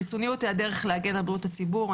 חיסוניות היא הדרך להגן על בריאות הציבור.